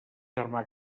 germà